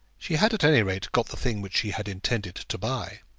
she had at any rate got the thing which she had intended to buy.